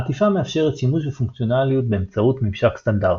העטיפה מאפשרת שימוש בפונקציונליות באמצעות ממשק סטנדרטי.